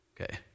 Okay